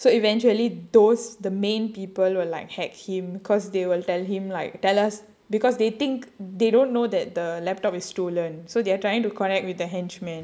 so eventually those the main people will like hack him because they will tell him like tell us because they think they don't know that the laptop is stolen so they are trying to connect with the henchmen